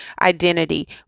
identity